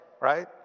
right